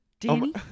Danny